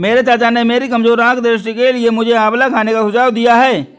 मेरे चाचा ने मेरी कमजोर आंख दृष्टि के लिए मुझे आंवला खाने का सुझाव दिया है